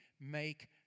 make